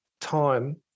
time